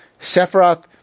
Sephiroth